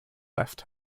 left